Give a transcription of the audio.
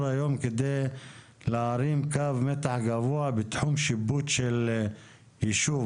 היום כדי להרים קו מתח גבוה בתחום שיפוט של ישוב,